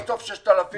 בסוף יש 6,000 מתים.